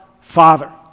father